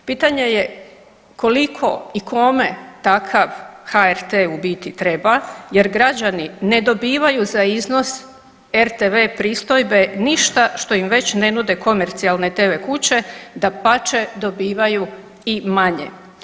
Pitanje je, koliko i kome takav HRT u biti treba jer građani ne dobivaju za iznos RTV pristojbe ništa što im već ne nude komercijalne TV kuće, dapače dobivaju i manje.